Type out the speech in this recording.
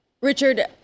Richard